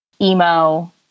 emo